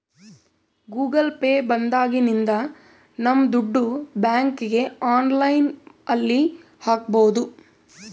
Google Pay ಬಂದಾಗಿನಿಂದ ನಮ್ ದುಡ್ಡು ಬ್ಯಾಂಕ್ಗೆ ಆನ್ಲೈನ್ ಅಲ್ಲಿ ಹಾಕ್ಬೋದು